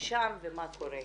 שם ומה קורה.